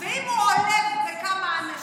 ואם הוא עולב בכמה אנשים,